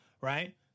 right